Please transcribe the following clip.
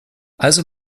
also